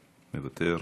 מוותר,